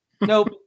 Nope